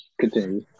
continue